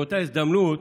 באותה הזדמנות